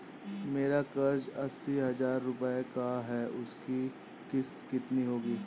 मेरा कर्ज अस्सी हज़ार रुपये का है उसकी किश्त कितनी होगी?